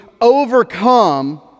overcome